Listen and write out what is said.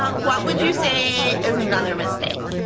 what would you say is another mistake?